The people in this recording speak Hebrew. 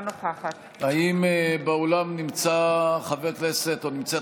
אינה נוכחת האם באולם נמצא חבר הכנסת או נמצאת